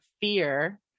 fear